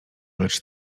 lecz